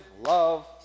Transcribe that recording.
love